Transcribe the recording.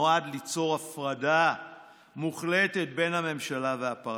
הוא נועד ליצור הפרדה מוחלטת בין הממשלה והפרלמנט.